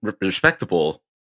respectable